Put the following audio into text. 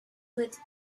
with